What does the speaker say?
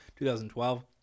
2012